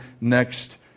next